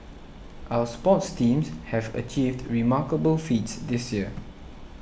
our sports teams have achieved remarkable feats this year